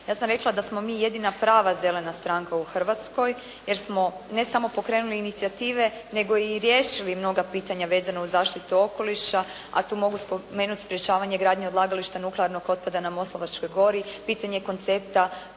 Ja sam rekla da smo mi jedina prava zelena stranka u Hrvatskoj, jer smo ne samo pokrenuli inicijative, nego i riješili mnoga pitanja vezana uz zaštitu okoliša, a tu mogu spomenuti sprečavanje gradnje odlagališta nuklearnog otpada na Moslavačkoj gori, pitanje koncepta